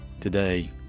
today